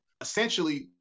essentially